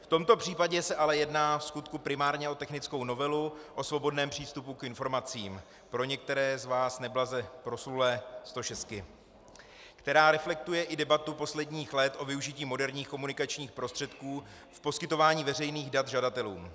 V tomto případě se ale jedná vskutku primárně o technickou novelu o svobodném přístupu k informacím, pro některé z vás neblaze proslulé stošestky, která reflektuje i debatu posledních let o využití moderních komunikačních prostředků v poskytování veřejných dat žadatelům.